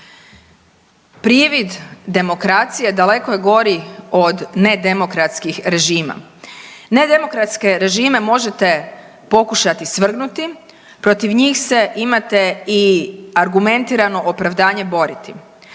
Privid demokracije daleko je gori od nedemokratskih režima. Nedemokratske režime možete pokušati svrgnuti, protiv njih se imate i argumentirano opravdanje boriti,